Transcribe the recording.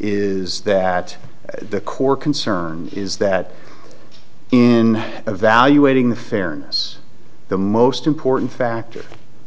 is that the core concern is that in evaluating the fairness the most important factor